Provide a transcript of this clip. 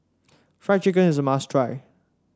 Fried Chicken is must try